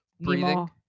Breathing